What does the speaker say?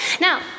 Now